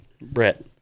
Brett